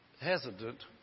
hesitant